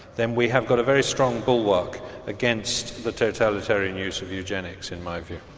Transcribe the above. then we have got a very strong bulwark against the totalitarian use of eugenics, in my view.